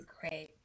Great